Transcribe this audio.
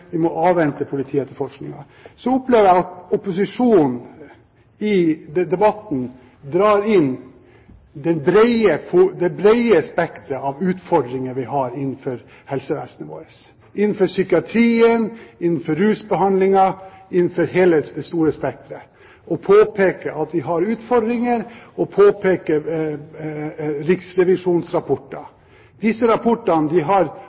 Vi må avvente politietterforskningen. Så opplever jeg at opposisjonen i debatten drar inn det brede spekteret av utfordringer vi har innenfor helsevesenet vårt – innenfor psykiatrien, innenfor rusbehandlingen, innenfor hele dette store spekteret – man påpeker at vi har utfordringer og påpeker Riksrevisjonens rapporter. Disse rapportene har påpekt mye av de